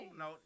no